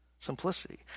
simplicity